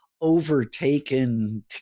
overtaken